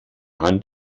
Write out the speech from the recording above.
hand